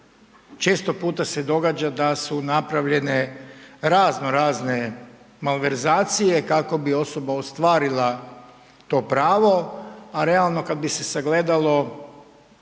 često puta se događa da su napravljene raznorazne malverzacije kako bi osoba ostvarila to pravo, a realno kada bi se sagledalo